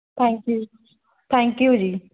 thank you ji thank you ਜੀ